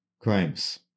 crimes